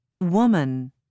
woman